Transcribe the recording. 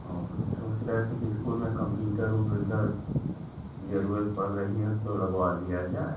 हाँ सोच रहे थे कि इस्कूल में कंप्यूटर उमप्यूटर ज़रूरत पड़ रही है तो लगवा दिया जाए